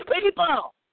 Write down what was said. people